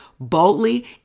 Boldly